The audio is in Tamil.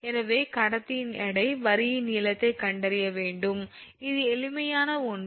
எனவே கடத்தியின் எடை மற்றும் வரியின் நீளத்தைக் கண்டறிய வேண்டும் இது எளிமையான ஒன்று